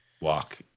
walk